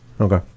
okay